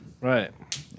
Right